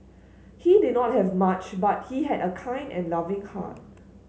he did not have much but he had a kind and loving heart